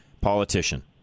politician